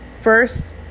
first